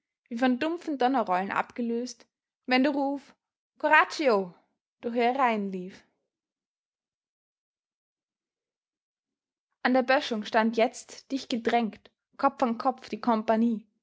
wie von dumpfem donnerrollen abgelöst wenn der ruf coraggio durch ihre reihen lief an der böschung stand jetzt dicht gedrängt kopf an kopf die kompagnie